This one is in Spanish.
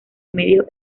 medio